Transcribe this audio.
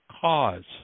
cause